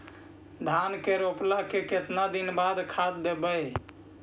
धान के रोपला के केतना दिन के बाद खाद देबै?